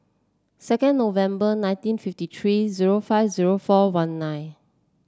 second November nineteen fifty three zero five zero four one nine